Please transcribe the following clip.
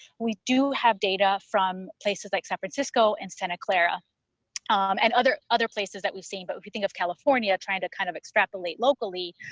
we do have data from places like san francisco and santa clara um and other other places that we've seen. but if you think of california, trying to kind of extrapolate locally,